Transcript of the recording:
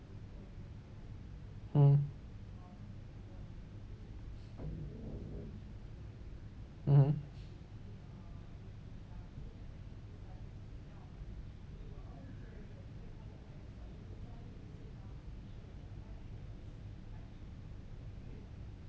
mm mmhmm